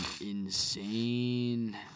insane